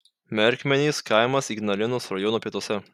merkmenys kaimas ignalinos rajono pietuose